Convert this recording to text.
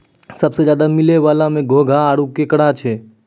सबसें ज्यादे मिलै वला में घोंघा आरो केकड़ा छै